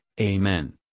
Amen